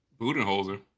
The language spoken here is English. Budenholzer